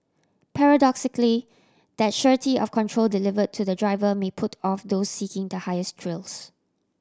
paradoxically that surety of control delivered to the driver may put off those seeking highest thrills